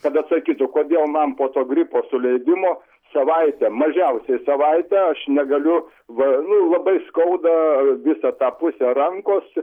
kad atsakytų kodėl man po to gripo suleidimo savaitę mažiausiai savaitę aš negaliu va nu labai skauda visą tą pusę rankos